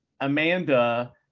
Amanda